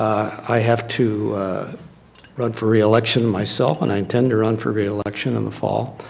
i have to run for reelection myself and i and tend to run for reelection in the fall.